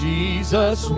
Jesus